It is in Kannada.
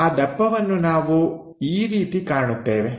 ಆ ದಪ್ಪವನ್ನು ನಾವು ಈ ರೀತಿ ಕಾಣುತ್ತೇವೆ